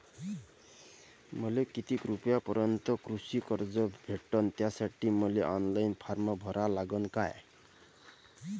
मले किती रूपयापर्यंतचं कृषी कर्ज भेटन, त्यासाठी मले ऑनलाईन फारम भरा लागन का?